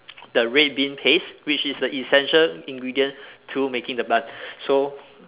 the red bean paste which is the essential ingredient to making the bun so